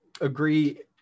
agree